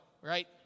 right